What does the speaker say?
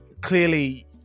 clearly